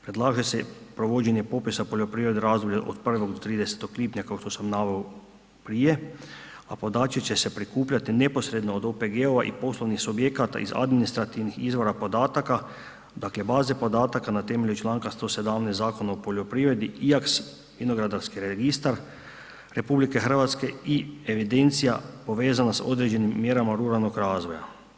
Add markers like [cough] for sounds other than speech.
Predlaže se provođenje popisa poljoprivrede u razdoblju od 1. do 30. lipnja, kao što sam naveo prije, a podaci će se prikupljati neposredno od OPG-ova i poslovnih subjekata iz administrativnih izvora podataka, dakle baze podataka na temelju čl. 117 Zakona o poljoprivredi, ... [unintelligible] Vinogradarski registar RH i evidencija povezana s određenim mjerama ruralnog razvoja.